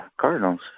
Cardinals